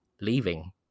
leaving